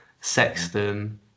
sexton